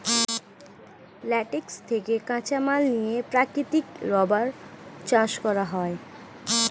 latex থেকে কাঁচামাল নিয়ে প্রাকৃতিক রাবার চাষ করা হয়